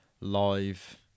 live